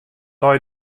nei